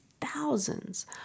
thousands